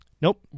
Nope